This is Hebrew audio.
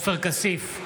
אפשר לצאת,